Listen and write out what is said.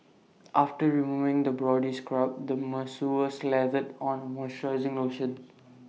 after removing the body scrub the masseur slathered on A moisturizing lotion